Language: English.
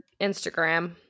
instagram